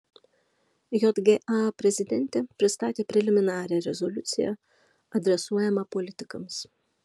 jga prezidentė pristatė preliminarią rezoliuciją adresuojamą politikams